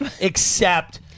except-